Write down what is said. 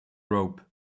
rope